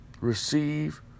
Receive